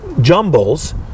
jumbles